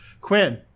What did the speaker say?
Quinn